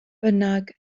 bynnag